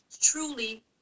truly